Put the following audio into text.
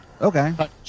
Okay